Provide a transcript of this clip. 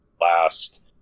last